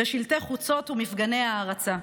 שלטי חוצות ומפגני הערצה.